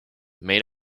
made